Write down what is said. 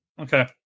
Okay